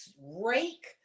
rake